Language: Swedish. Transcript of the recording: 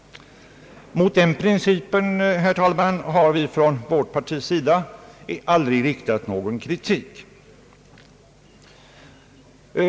Mot den principen, herr talman, har vi från vårt parti aldrig riktat någon kritik.